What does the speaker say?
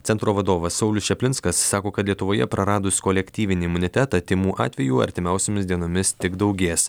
centro vadovas saulius čaplinskas sako kad lietuvoje praradus kolektyvinį imunitetą tymų atvejų artimiausiomis dienomis tik daugės